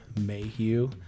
Mayhew